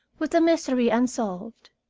with the mystery unsolved.